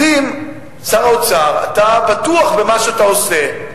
אז שר האוצר, אם אתה בטוח במה שאתה עושה,